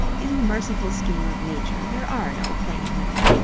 in the merciful scheme of nature, there are no plain women,